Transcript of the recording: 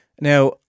Now